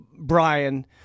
Brian